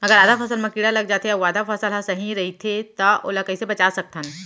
अगर आधा फसल म कीड़ा लग जाथे अऊ आधा फसल ह सही रइथे त ओला कइसे बचा सकथन?